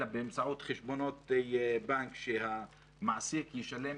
אלא באמצעות חשבונות בנק שהמעסיק ישלם